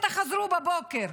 ותחזרו בבוקר.